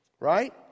Right